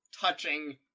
touching